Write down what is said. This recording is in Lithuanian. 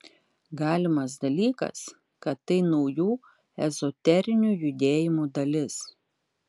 galimas dalykas kad tai naujų ezoterinių judėjimų dalis